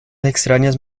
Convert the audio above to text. extrañas